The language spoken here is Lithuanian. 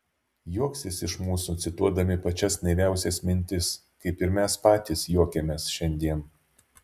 juoksis iš mūsų cituodami pačias naiviausias mintis kaip ir mes patys juokiamės šiandien